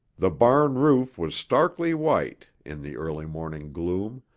the barn roof was starkly white in the early morning gloom,